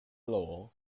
lore